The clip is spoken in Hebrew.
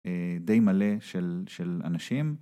די מלא של אנשים.